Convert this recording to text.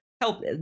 help